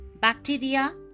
Bacteria